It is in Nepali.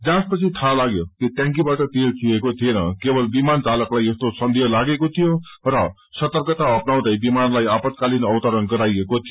जाँचपछि थाहा लाग्यो कि टयांकीबाट तेल चुहेको थिएन केवल विमान चालकलाई यस्तो सन्देह लागेको थियो र सर्तकता अप्पनाउँदै विमानलाई आपतकालिन अवतरण गराइएको थियो